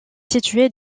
située